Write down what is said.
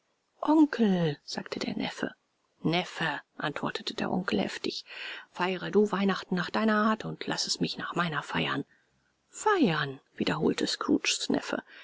onkel sagte der neffe neffe antwortete der onkel heftig feiere du weihnachten nach deiner art und laß es mich nach meiner feiern feiern wiederholte scrooges neffe